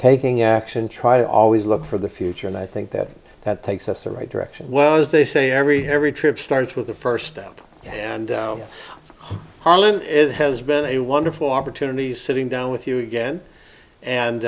taking action try to always look for the future and i think that that takes us the right direction well as they say every every trip starts with the first step and harlem it has been a wonderful opportunity sitting down with you again